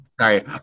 Sorry